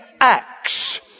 acts